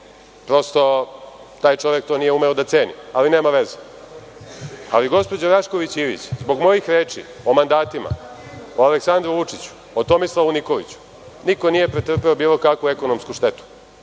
što taj čovek to nije umeo da ceni. Ali nema veze. Ali gospođo Rašković Ivić, zbog mojih reči o mandatima, o Aleksandru Vučiću, o Tomislavu Nikoliću, niko nije pretrpeo bilo kakvu ekonomsku štetu. Od